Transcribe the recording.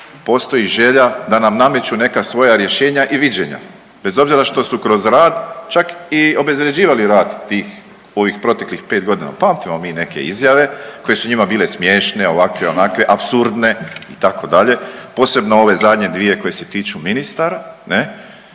postoji želja da nam nameću neka svoja rješenja i viđenja, bez obzira što su kroz rad čak i obezvrjeđivali rad tih ovih proteklih 5 godina, pamtimo mi neke izjave koje su njima bile smiješne, ovakve, onakve, apsurdne, itd., posebno ove zadnje dvije koje se tiču ministara, ne,